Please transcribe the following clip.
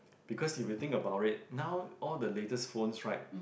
because if you think about it now all the latest phones right